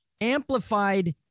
amplified